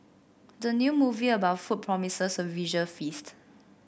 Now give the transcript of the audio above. the new movie about food promises a visual feast